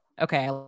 Okay